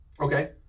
Okay